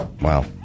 Wow